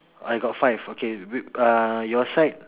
I got five okay we uh your side